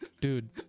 Dude